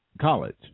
college